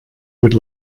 would